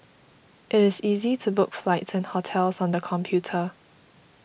it is easy to book flights and hotels on the computer